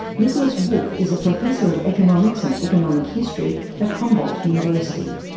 nikolaus wolf is a professor of economics and economic history at humboldt university.